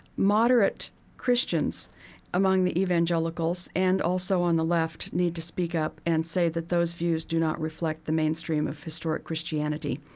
moderate christians among the evangelicals and also on the left need to speak up and say that those views do not reflect the mainstream of historic christianity.